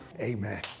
Amen